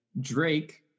Drake